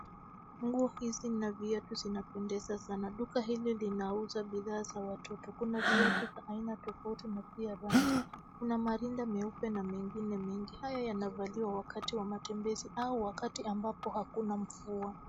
Nguo hizi na viatu zinapendeza sana. Duka hili linauza bidhaa za watoto. Kuna viatu za aina tofauti , na pia rangi. Kuna marinda meupe na mengine mengi. Haya yanavaliwa wakati wa matembezi au wakati ambapo hakuna mvua.